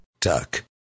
TUCK